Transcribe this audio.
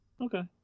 Okay